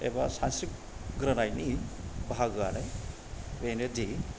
एबा सानस्रिग्रोनायनि बाहागोआ बेनोदि